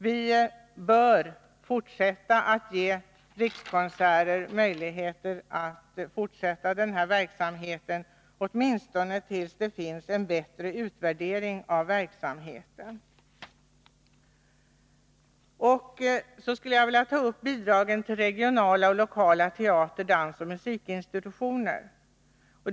Vi bör fortsätta att ge Rikskonserter möjlighet att bedriva denna verksamhet, åtminstone tills det finns en bättre utvärdering av denna. Så skulle jag vilja ta upp bidragen till lokala och regionala teater-, dansoch musikinstitutioner.